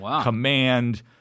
command